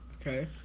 Okay